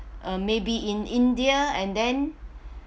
uh maybe in india and then